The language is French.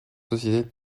sociétés